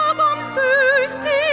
um ah bombs bursting